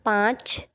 पाँच